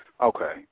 Okay